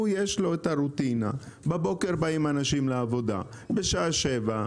יש לו רוטינה: בבוקר באים אנשים לעבודה בשעה 7:00,